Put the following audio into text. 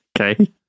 Okay